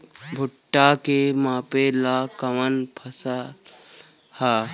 भूट्टा के मापे ला कवन फसल ह?